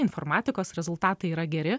informatikos rezultatai yra geri